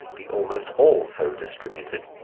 be almost all so distributed.